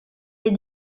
des